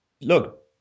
look